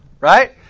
Right